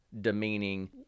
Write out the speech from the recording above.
demeaning